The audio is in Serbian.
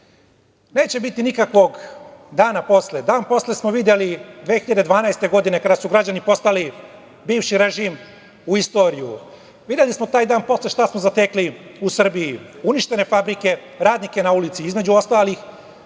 Neće biti nikakvog dana posle. Dan posle smo videli 2012. godine, kada su građani poslali bivši režim u istoriju. Videli smo taj dan posle šta smo zatekli u Srbiji, uništene fabrike, radnike na ulici. Između ostalih,